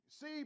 See